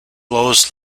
lowest